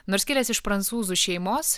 nors kilęs iš prancūzų šeimos